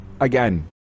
again